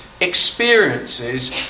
Experiences